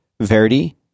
Verdi